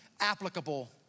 applicable